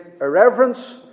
irreverence